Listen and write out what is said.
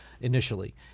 initially